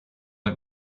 let